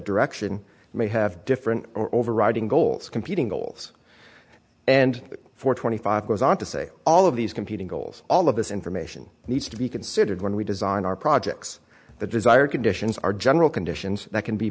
direction may have different overriding goals competing goals and for twenty five goes on to say all of these competing goals all of this information needs to be considered when we design our projects the desired conditions are general conditions that can be